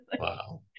Wow